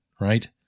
right